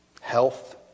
health